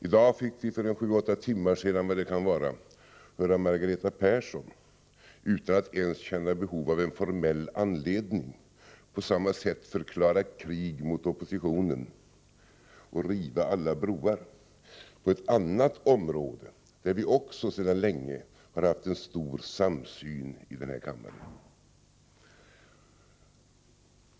I dag fick vi för sju åtta timmar sedan höra Margareta Persson, utan att ens känna behov av en formell anledning, på samma sätt förklara ett krig mot oppositionen och riva alla broar på ett annat område, där vi också sedan länge har haft en bred samsyn i denna kammare.